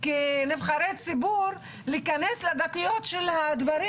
כנבחרי ציבור, להיכנס לדקויות של הדברים.